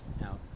Now